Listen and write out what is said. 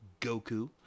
Goku